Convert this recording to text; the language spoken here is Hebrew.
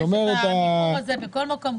כי יש את המיקור הזה בכל מקום,